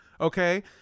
Okay